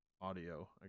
Audio